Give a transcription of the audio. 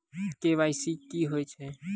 KYC की होय छै?